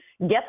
get